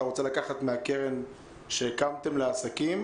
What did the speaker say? אתה רוצה לקחת מהקרן שהקמתם לעסקים,